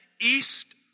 east